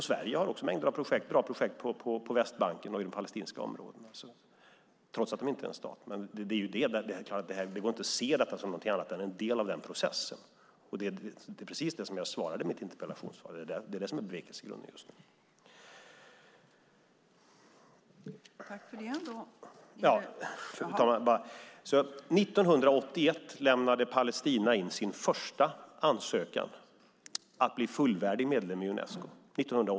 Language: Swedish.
Sverige har också mängder av bra projekt på Västbanken och i de palestinska områdena, trots att Palestina inte är en stat. Men det går inte att se detta som någonting annat än en del av denna process. Det är precis det som jag sade i mitt interpellationssvar, och det är det som är bevekelsegrunden just nu. År 1981 lämnade Palestina in sin första ansökan om att bli fullvärdig medlem i Unesco.